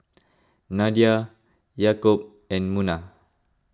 Nadia Yaakob and Munah